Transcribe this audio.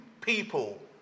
people